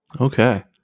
Okay